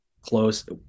close